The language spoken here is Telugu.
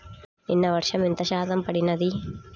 నిన్న వర్షము ఎంత శాతము పడినది?